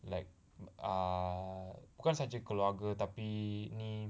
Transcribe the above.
like err bukan sahaja keluarga tapi ni